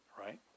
right